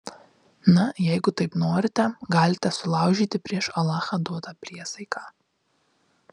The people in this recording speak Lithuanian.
na jeigu taip norite galite sulaužyti prieš alachą duotą priesaiką